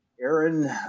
Aaron